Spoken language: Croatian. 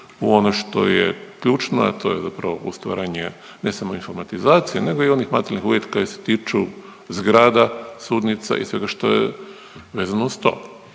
u ono što je ključno, a to je zapravo ostvarenje ne samo informatizacije, nego i onih materijalnih uvjeta koji se tiču zgrada, sudnica i svega što je vezano uz to.